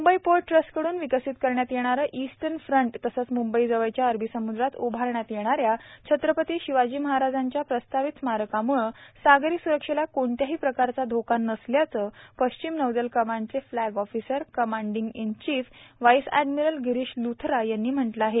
Mumbai port ट्रस्टकडून विकसित करण्यात येणारं ईस्टर्न फ्रंट तसंच मुंबईजवळच्या अरबी समूद्रात उभारण्यात येणाऱ्या छत्रपती शिवाजी महाराजांच्या प्रस्तावित स्मारकामुळे सागरी स्रक्षेला कोणत्याही प्रकारचा धोका नसल्याचं पश्चिम नौदल कमांडचे flag officer commanding in chief vice admiral Girish Luthra यांनी म्हटलं आहे